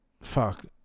fuck